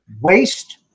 waste